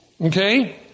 Okay